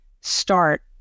start